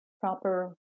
proper